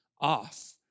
off